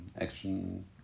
action